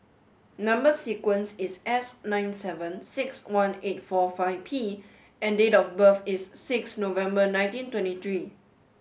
number sequence is S nine seven six one eight four five P and date of birth is six November nineteen twenty three